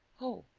oh,